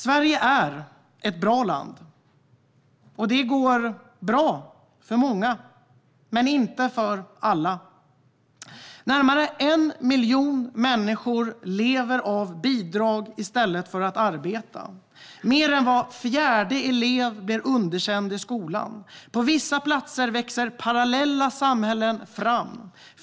Sverige är ett bra land, och det går bra för många, men inte för alla. Närmare 1 miljon människor lever av bidrag i stället för att arbeta. Mer än var fjärde elev blir underkänd i skolan. På vissa platser växer parallella samhällen fram.